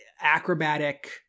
acrobatic